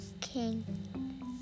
king